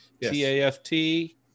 t-a-f-t